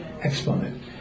exponent